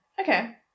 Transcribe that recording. Okay